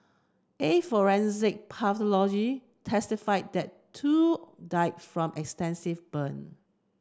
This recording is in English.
a forensic pathologist testified that two died from extensive burn